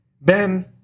Ben